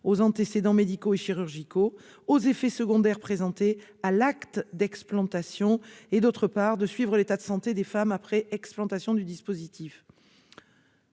aux antécédents médicaux et chirurgicaux, aux effets secondaires présentés, à l'acte d'explantation, d'autre part, de suivre l'état de santé des femmes après explantation du dispositif.